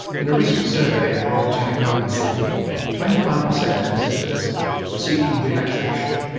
in a recent survey in the royal botanic garden, sydney twenty one per cent of visitors were seeking relaxation,